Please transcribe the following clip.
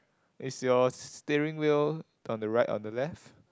is your steering wheel on the right or the left